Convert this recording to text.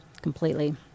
completely